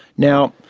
now,